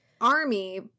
army